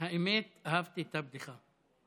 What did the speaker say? האמת, אהבתי את הבדיחה.